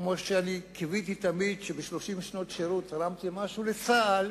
כמו שקיוויתי תמיד שב-30 שנות שירות תרמתי משהו לצה"ל,